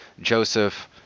Joseph